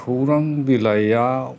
खौरां बिलाइया